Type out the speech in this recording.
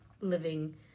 living